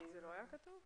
זה לא היה כתוב?